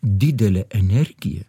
didelė energija